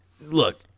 look